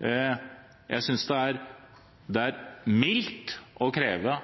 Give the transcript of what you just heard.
Jeg synes det er mildt å kreve at man må vurdere å ha en strategi for godt styresett og antikorrupsjon. Og det er mildt